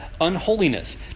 unholiness